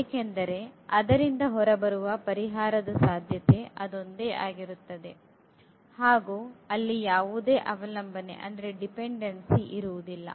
ಏಕೆಂದರೆ ಅದರಿಂದ ಹೊರಬರುವ ಪರಿಹಾರದ ಸಾಧ್ಯತೆ ಅದೊಂದೇ ಆಗಿರುತ್ತದೆ ಹಾಗು ಅಲ್ಲಿ ಯಾವುದೇ ಅವಲಂಬನೆ ಇರುವುದಿಲ್ಲ